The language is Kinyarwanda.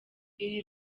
iri